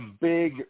big